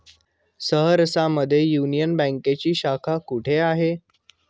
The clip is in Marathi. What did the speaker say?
सहरसा मध्ये युनियन बँकेची शाखा कुठे आहे?